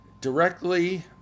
directly